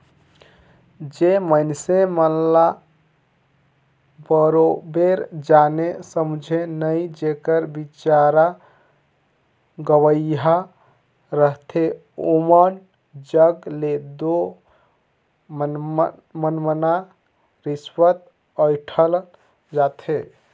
जेन मइनसे मन बरोबेर जाने समुझे नई जेकर बिचारा गंवइहां रहथे ओमन जग ले दो मनमना रिस्वत अंइठल जाथे